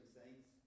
saints